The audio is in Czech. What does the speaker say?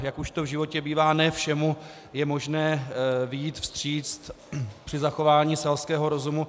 Jak už to v životě bývá, ne všemu je možné vyjít vstříc při zachování selského rozumu.